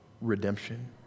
redemption